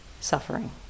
suffering